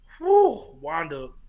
Wanda